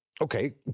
Okay